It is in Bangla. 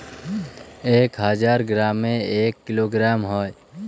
এক হাজার গ্রামে এক কিলোগ্রাম হয়